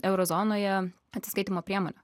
euro zonoje atsiskaitymo priemone